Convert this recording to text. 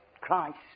Christ